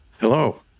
Hello